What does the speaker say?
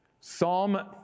Psalm